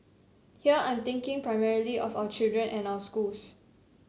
here I'm thinking primarily of our children and our schools